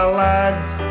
lads